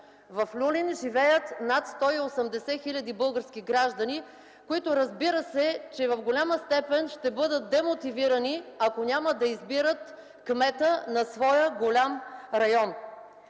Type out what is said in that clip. В „Люлин” живеят над 180 хил. български граждани, които, разбира се, че в голяма степен ще бъдат демотивирани, ако няма да избират кмета на своя голям район.